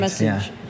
message